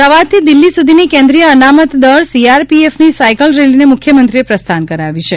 અમદાવાદથી દિલ્હી સુધીની કેન્દ્રિય અનામત દળ સીઆરપીએફની સાયકલ રેલીને મુખ્યમંત્રીએ પ્રસ્થાન કરાવ્યું છે